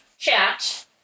chat